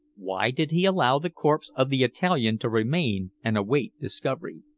why did he allow the corpse of the italian to remain and await discovery?